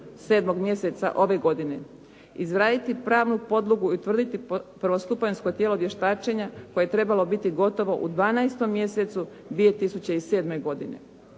7. mjeseca ove godine. Izraditi pravnu podlogu i utvrditi prvostupanjsko tijelo vještačenja koje je trebalo biti gotovo u 12. mjesecu 2007. godine,